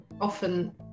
often